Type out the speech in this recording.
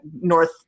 North